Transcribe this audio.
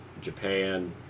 Japan